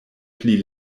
pli